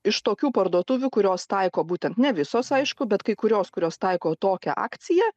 iš tokių parduotuvių kurios taiko būtent ne visos aišku bet kai kurios kurios taiko tokią akciją